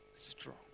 strong